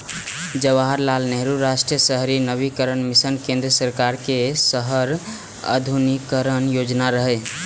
जवाहरलाल नेहरू राष्ट्रीय शहरी नवीकरण मिशन केंद्र सरकार के शहर आधुनिकीकरण योजना रहै